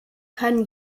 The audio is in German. kann